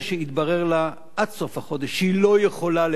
עד סוף החודש שהיא לא יכולה לבצע את זה.